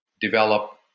develop